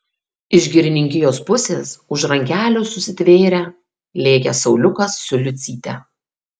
iš girininkijos pusės už rankelių susitvėrę lėkė sauliukas su liucyte